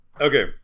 Okay